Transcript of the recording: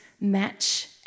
match